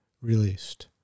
released